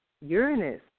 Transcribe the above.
Uranus